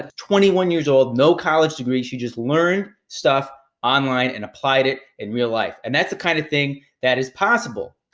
ah twenty one years old, no college degree, she just learned stuff online and applied it in real life and that's the kind of thing that is possible.